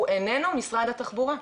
הוא איננו משרד התחבורה.